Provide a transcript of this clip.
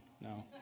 no